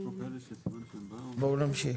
בואו נמשיך.